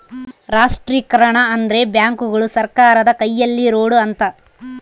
ರಾಷ್ಟ್ರೀಕರಣ ಅಂದ್ರೆ ಬ್ಯಾಂಕುಗಳು ಸರ್ಕಾರದ ಕೈಯಲ್ಲಿರೋಡು ಅಂತ